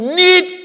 need